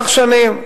לקח שנים.